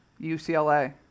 UCLA